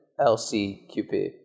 lcqp